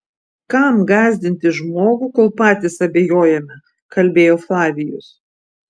kam gąsdinti žmogų kol patys abejojame kalbėjo flavijus